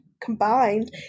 combined